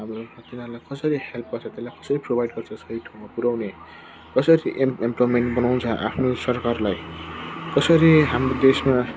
अब तिनीहरूलाई कसरी हेल्पहरू प्रोभाइड गर्छ र सही ठाउँमा पुऱ्याउने कसरी एम् इम्प्लोयमेन्ट बनाउँछ आफ्नो सरकारलाई कसरी आफ्नो देशमा